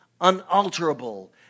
unalterable